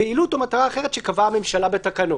פעילות או מטרה אחרת שקבעה הממשלה בתקנות,